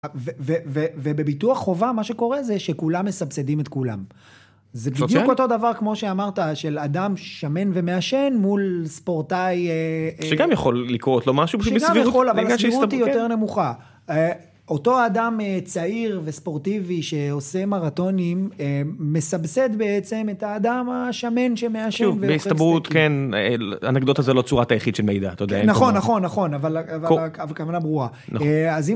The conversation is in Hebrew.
ובביטוח חובה מה שקורה זה שכולם מסבסדים את כולם. זה בדיוק אותו דבר כמו שאמרת של אדם שמן ומעשן מול ספורטאי. שגם יכול לקרות לו משהו בשביל הסבירות. שגם יכול אבל הסבירות היא יותר נמוכה. אותו אדם צעיר וספורטיבי שעושה מרתונים, מסבסד בעצם את האדם השמן שמעשן, כלום, בהסתברות כן, אנקדוטה זו לא צורת היחיד של מידע, אתה יודע. נכון, נכון, נכון, אבל הכוונה ברורה. נכון. אז אם